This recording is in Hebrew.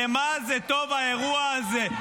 למה זה טוב, האירוע הזה?